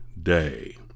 day